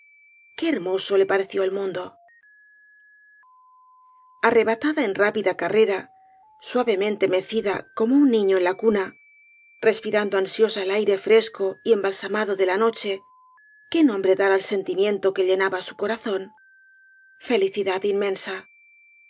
qué hermoso le pareció el mundo arrebatada en rápida carrera suavemente mecida como un niño en la cuna respirando ansiosa el aire fresco y embalsamado de la noche qué nombre dar al sentimiento que llenaba su corazón felicidad inmensa